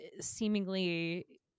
seemingly